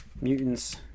mutants